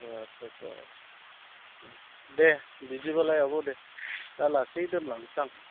आट्चा आट्चा दे बिदिबालाय आब' दे दा लासै दोनलांनोसै आं